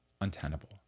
untenable